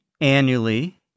annually